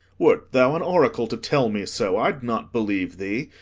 wert thou an oracle to tell me so, i'd not believe thee.